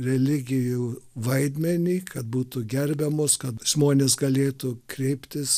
religijų vaidmenį kad būtų gerbiamos kad žmonės galėtų kreiptis